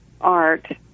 art